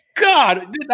God